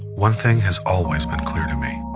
one thing has always been clear to me.